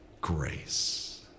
grace